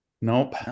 Nope